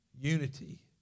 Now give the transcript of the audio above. Unity